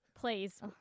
Please